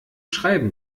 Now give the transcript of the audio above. schreiben